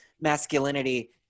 masculinity